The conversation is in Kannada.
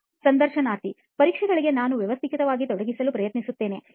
ಸಂದರ್ಶನಾರ್ಥಿಪರೀಕ್ಷೆಗಳಿಗೆ ನಾನು ವ್ಯವಸ್ಥಿತವಾಗಿ ತೊಡಗಿರಲು ಪ್ರಯತ್ನಿಸುತ್ತೇನೆ